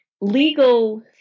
legal